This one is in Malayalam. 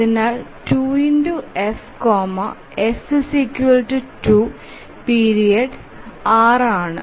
അതിനാൽ 2 F F 2 പീരിയഡ് 6 ആണ്